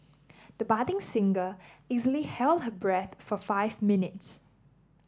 the budding singer easily held her breath for five minutes